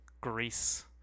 Greece